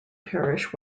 parish